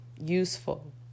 useful